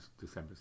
December